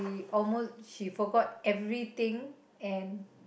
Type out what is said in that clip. almost she forgot everything and